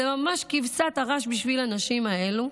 זה ממש כבשת הרש בשביל הנשים האלה,